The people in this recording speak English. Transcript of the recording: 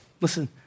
Listen